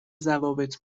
ضوابط